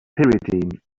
pyridine